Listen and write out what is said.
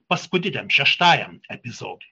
paskutiniam šeštajam epizodui